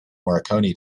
morricone